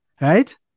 right